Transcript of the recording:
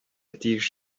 тиеш